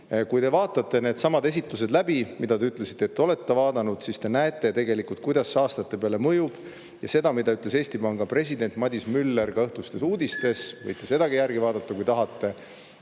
Kui te vaatate needsamad esitlused läbi – te ütlesite, et olete neid vaadanud –, siis te näete tegelikult, kuidas see aastate peale mõjub. Sedagi, mida ütles Eesti Panga president Madis Müller õhtustes uudistes, võite järgi vaadata, kui tahate.